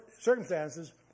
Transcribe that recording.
circumstances